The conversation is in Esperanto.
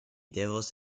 devos